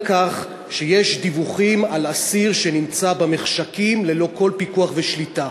כך שיש דיווחים על אסיר שנמצא במחשכים ללא כל פיקוח ושליטה.